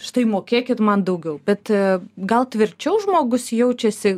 štai mokėkit man daugiau bet gal tvirčiau žmogus jaučiasi